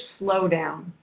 slowdown